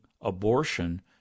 abortion